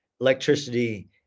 electricity